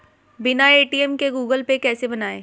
बिना ए.टी.एम के Google Pay कैसे बनायें?